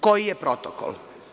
Koji je protokol?